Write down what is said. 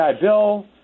Bill